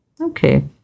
Okay